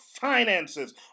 finances